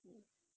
hmm